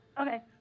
Okay